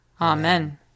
Amen